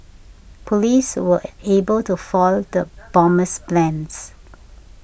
police were able to foil the bomber's plans